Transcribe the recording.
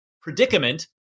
predicament